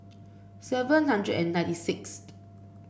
seven hundred and ninety sixth